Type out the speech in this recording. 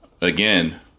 again